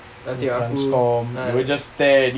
stomp they will just stare at you